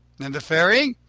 and the fairy?